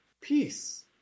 peace